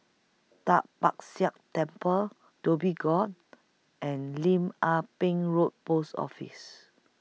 Tai Kak Seah Temple Dhoby Ghaut and Lim Ah Pin Road Post Office